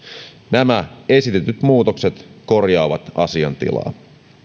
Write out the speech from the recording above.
nämä esitetyt muutokset korjaavat asiantilaa